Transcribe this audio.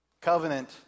covenant